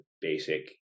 basic